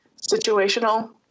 situational